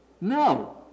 No